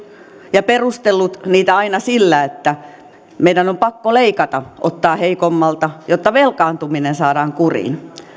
ja perustellut niitä aina sillä että meidän on pakko leikata ottaa heikommalta jotta velkaantuminen saadaan kuriin